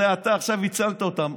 אתה עכשיו הצלת אותם.